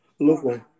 Lovely